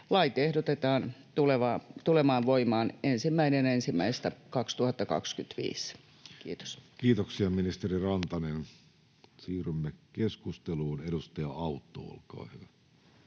Lait ehdotetaan tuleviksi voimaan 1.1.2025. — Kiitos. Kiitoksia, ministeri Rantanen. — Siirrymme keskusteluun. — Edustaja Autto, olkaa hyvä.